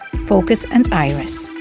focus and iris